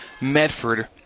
Medford